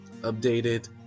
updated